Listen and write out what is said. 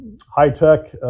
high-tech